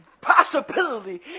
possibility